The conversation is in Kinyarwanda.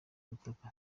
ubutaka